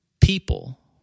people